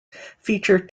feature